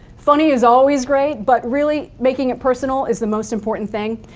funny is always great, but really making it personal is the most important thing,